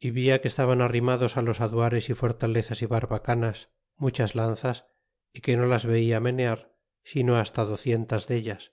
via que estaban arrimados los aduares y fortalezas y barbacanas muchas lanzas y que no las veia menear sino hasta docientas dellas